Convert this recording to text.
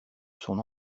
son